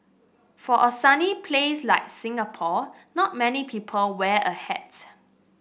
for a sunny place like Singapore not many people wear a hat